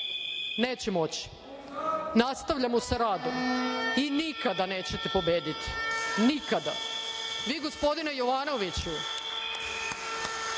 neće moći. Nastavljamo sa radom i nikada nećete pobediti. Nikada. Vi, gospodine Jovanoviću,